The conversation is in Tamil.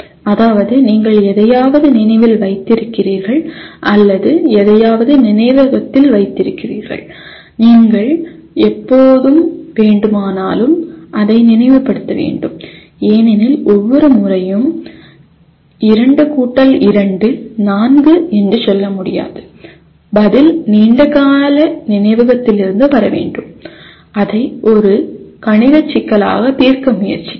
அதாவது நீங்கள் எதையாவது நினைவில் வைத்திருக்கிறீர்கள் அல்லது எதையாவது நினைவகத்தில் வைத்திருக்கிறீர்கள் நீங்கள் எப்போது வேண்டுமானாலும் அதை நினைவுபடுத்த வேண்டும் ஏனென்றால் ஒவ்வொரு முறையும் 2 2 4 என்று சொல்ல முடியாது பதில் நீண்ட கால நினைவகத்திலிருந்து வர வேண்டும் அதை ஒரு கணித சிக்கலாக தீர்க்க முயற்சிக்கிறது